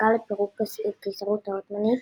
כהצדקה לפירוק הקיסרות העות'מאנית,